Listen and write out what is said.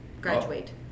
graduate